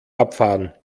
abfahren